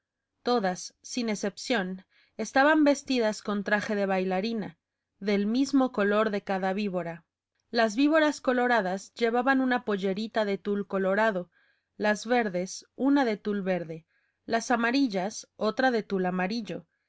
todas sin excepción estaban vestidas con traje de bailarina del mismo color de cada víbora las víboras coloradas llevaban una pollerita de tul colorado las verdes una de tul verde las amarillas otra de tul amarillo